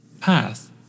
path